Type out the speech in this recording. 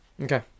Okay